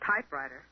typewriter